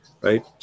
right